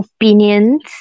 opinions